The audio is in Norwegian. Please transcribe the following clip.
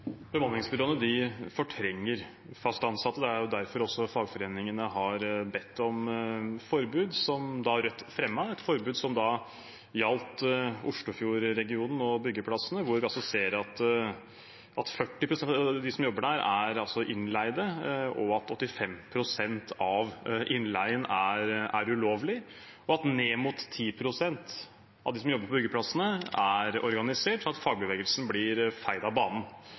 derfor også fagforeningene har bedt om et forbud, som Rødt da fremmet – et forbud som gjaldt Oslofjord-regionen og byggeplassene, hvor vi ser at 40 pst. av dem som jobber der, er innleide, at 85 pst. av innleien er ulovlig, og at ned mot 10 pst. av dem som jobber på byggeplassene, er organisert, slik at fagbevegelsen blir feid av banen.